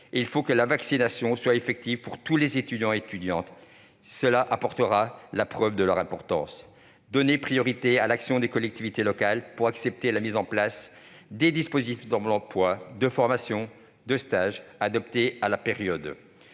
Il faut que la vaccination soit effective pour toutes les étudiantes et tous les étudiants. Cela apportera la preuve de leur importance. Donnez priorité à l'action des collectivités locales pour accepter la mise en place des dispositifs d'emploi, de formation, de stages, adaptés à la période.